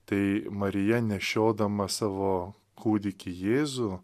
tai marija nešiodama savo kūdikį jėzų